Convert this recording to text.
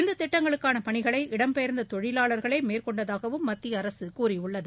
இந்த திட்டங்களுக்கான பணிகளை இடம்பெயர்ந்த தொழிலாளர்களே மேற்கொண்டதாகவும் மத்திய அரசு கூறியுள்ளது